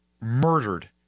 murdered